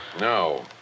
No